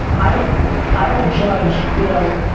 i don't i don't judge you know,